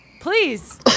Please